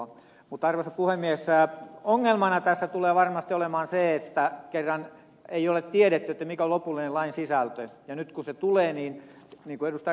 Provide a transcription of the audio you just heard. mutta arvoisa puhemies ongelmana tässä tulee varmasti olemaan se kun ei ole tiedetty mikä on lopullinen lain sisältö ja nyt kun se tulee niin kuin ed